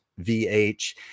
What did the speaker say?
vh